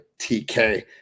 TK